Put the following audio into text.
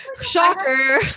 shocker